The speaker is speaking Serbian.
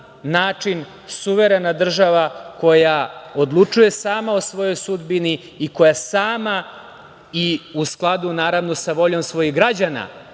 način suverena država koja odlučuje sama o svojoj sudbini i koja sama i u skladu sa voljom svojih građana